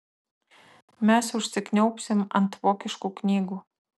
mes užsikniaubsim ant vokiškų knygų